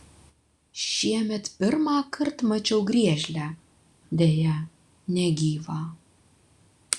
šiemet pirmąkart mačiau griežlę deja negyvą